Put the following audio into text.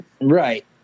Right